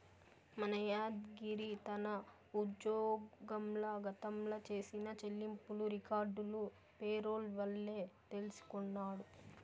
మన యాద్గిరి తన ఉజ్జోగంల గతంల చేసిన చెల్లింపులు రికార్డులు పేరోల్ వల్లే తెల్సికొన్నాడు